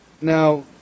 now